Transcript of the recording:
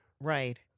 right